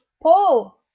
paul.